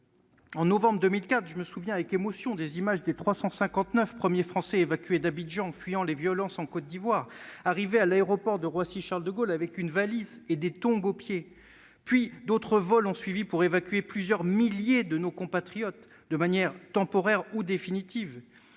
à l'étranger. Je me souviens avec émotion des images, en novembre 2004, des 359 premiers Français évacués d'Abidjan, fuyant les violences en Côte d'Ivoire, arrivés à l'aéroport de Roissy-Charles-de-Gaulle avec une valise et des tongs au pied. Puis d'autres vols ont suivi pour évacuer plusieurs milliers de nos compatriotes, de manière temporaire ou définitive.